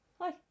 Hi